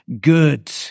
good